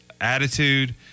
attitude